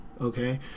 okay